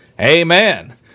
amen